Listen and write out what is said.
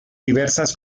diversas